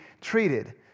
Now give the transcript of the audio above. treated